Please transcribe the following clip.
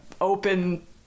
open